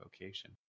vocation